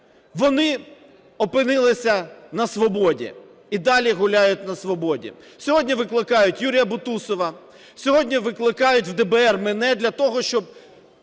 вони опинилися на свободі і далі гуляють на свободі. Сьогодні викликають Юрія Бутусова. Сьогодні викликають в ДБР мене для того, щоб